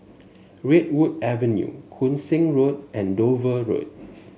Redwood Avenue Koon Seng Road and Dover Road